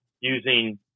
using